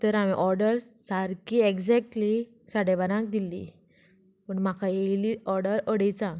तर हांवे ऑर्डर सारकी एग्जॅक्टली साडे बारांक दिल्ली पूण म्हाका येयल्ली ऑर्डर अडेजांक